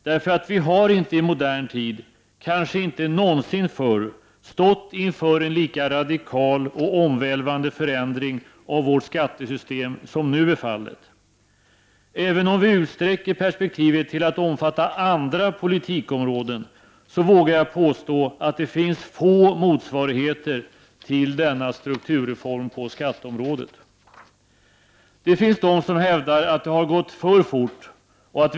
Vi har nämligen inte i modern tid, kanske inte någonsin förr, stått inför en lika radikal och omvälvande förändring av vårt skattesystem som nu. Även om vi utsträcker perspektivet till att omfatta andra politikområden, så vågar jag påstå att det finns få motsvarigheter till denna strukturreform på skatteområdet. Det finns de som hävdar att det har gått för fort och att vissa frågor inte = Prot.